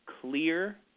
clear